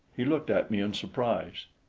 he looked at me in surprise.